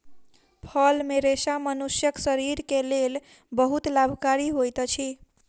फल मे रेशा मनुष्यक शरीर के लेल बहुत लाभकारी होइत अछि